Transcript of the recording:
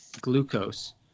glucose